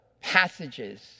passages